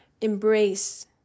embrace